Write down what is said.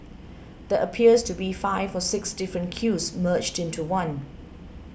there appears to be five or six different queues merged into one